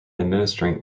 administering